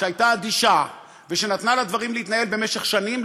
שהייתה אדישה ושנתנה לדברים להתנהל במשך שנים,